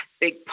big